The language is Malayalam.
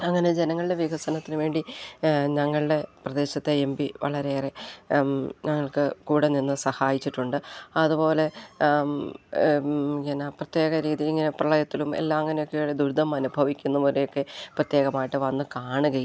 അങ്ങനെ ജനങ്ങളുടെ വികസനത്തിന് വേണ്ടി ഞങ്ങളുടെ പ്രദേശത്തെ എം പി വളരെയേറെ ഞങ്ങളുടെ കൂടെ നിന്ന് സഹായിച്ചിട്ടുണ്ട് അതുപോലെ ഇങ്ങനെ പ്രത്യേക രീതി ഇങ്ങനെ പ്രളയത്തിലും എല്ലാം അങ്ങനെയൊക്കെ ദുരിതം അനുഭവിക്കുന്നവരെയൊക്കെ പ്രത്യേകമായിട്ട് വന്നുകാണുകയും